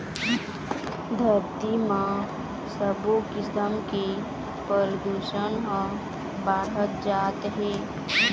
धरती म सबो किसम के परदूसन ह बाढ़त जात हे